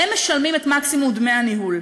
הם משלמים את מקסימום דמי הניהול.